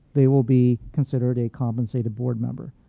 they will be considered a compensated board member.